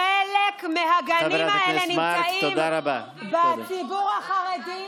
חלק מהגנים האלה נמצאים במגזר החרדי,